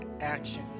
action